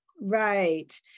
Right